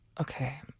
okay